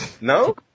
No